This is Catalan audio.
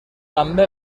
també